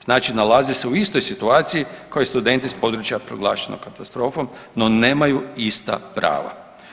Znači nalaze se u istoj situaciji kao i studenti s područja proglašenog katastrofom no nemaju ista prava.